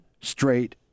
straight